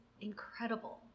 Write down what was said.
incredible